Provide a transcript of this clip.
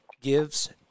gives